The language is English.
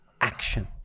action